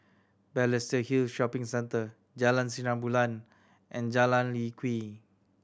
Balestier Hill Shopping Centre Jalan Sinar Bulan and Jalan Lye Kwee